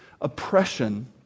oppression